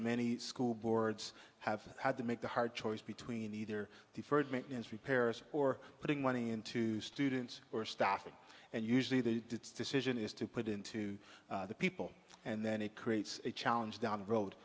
many school boards have had to make the hard choice between either deferred maintenance repairs or putting money into students or staffing and usually they did decision is to put into the people and then it creates a challenge down the road